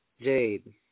Jade